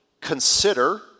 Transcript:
Consider